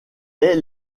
est